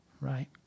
right